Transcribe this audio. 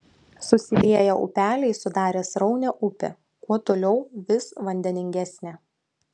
susilieję upeliai sudarė sraunią upę kuo toliau vis vandeningesnę